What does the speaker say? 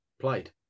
played